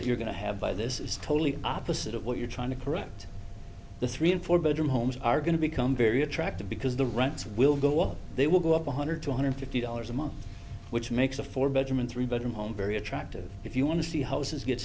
that you're going to have by this is totally opposite of what you're trying to correct the three in four bedroom homes are going to become very attractive because the rents will go up they will go up one hundred two hundred fifty dollars a month which makes a four bedroom and three bedroom home very attractive if you want to see houses get